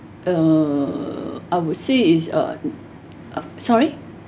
uh I would say is uh uh sorry